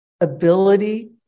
ability